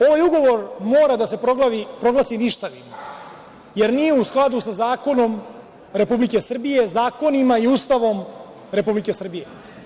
Ovaj Ugovor mora da se proglasi ništavnim, jer nije u skladu sa zakonom Republike Srbije, zakonima i Ustavom Republike Srbije.